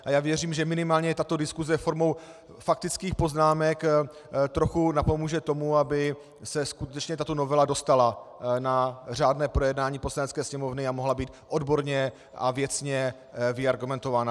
A věřím, že minimálně tato diskuse formou faktických poznámek trochu napomůže tomu, aby se skutečně tato novela dostala na řádné projednání Poslanecké sněmovny a mohla být odborně a věcně vyargumentována.